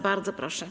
Bardzo proszę.